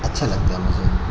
अच्छा लगता है मुझे